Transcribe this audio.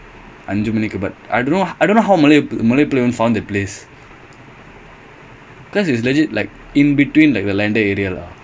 ah